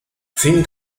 fin